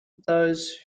those